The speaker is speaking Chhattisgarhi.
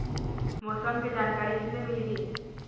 मौसम के जानकारी किसे मिलही?